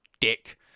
dick